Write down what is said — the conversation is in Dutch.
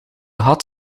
had